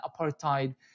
apartheid